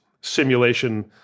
simulation